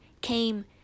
came